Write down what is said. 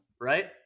right